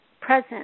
present